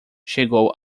chegou